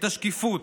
את השקיפות,